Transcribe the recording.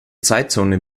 zeitzone